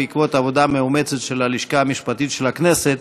בעקבות עבודה מאומצת של הלשכה המשפטית של הכנסת,